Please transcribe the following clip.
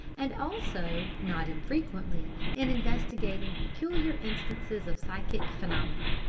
and also not infrequently in investigating peculiar instances of psychic phenomena.